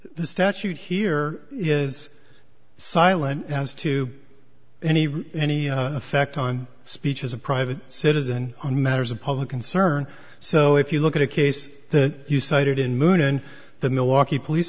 the statute here is silent as to any any effect on speech as a private citizen on matters of public concern so if you look at a case that you cited in moon in the milwaukee police